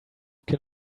can